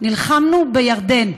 נלחמנו בירדן.